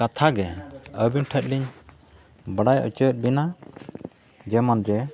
ᱠᱟᱛᱷᱟ ᱜᱮ ᱟᱹᱵᱤᱱ ᱴᱷᱮᱱ ᱞᱤᱧ ᱵᱟᱰᱟᱭ ᱦᱚᱪᱚᱭᱮᱫ ᱵᱮᱱᱟ ᱡᱮᱢᱚᱱ ᱡᱮ